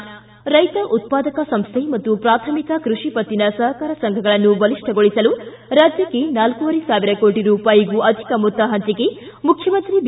ಿ ರೈತ ಉತ್ಪಾದಕ ಸಂಸ್ಥೆ ಮತ್ತು ಪ್ರಾಥಮಿಕ ಕೃಷಿ ಪತ್ತಿನ ಸಹಕಾರ ಸಂಘಗಳನ್ನು ಬಲಿಷ್ಠಗೊಳಿಸಲು ರಾಜ್ಯಕ್ಷೆ ನಾಲ್ಕೂವರೆ ಸಾವಿರ ಕೋಟ ರೂಪಾಯಿಗೂ ಅಧಿಕ ಮೊತ್ತ ಪಂಚಿಕೆ ಮುಖ್ಚುಮಂತ್ರಿ ಬಿ